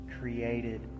created